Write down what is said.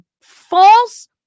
false